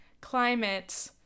climate